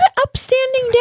upstanding